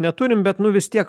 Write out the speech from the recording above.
neturim bet nu vis tiek